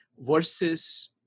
versus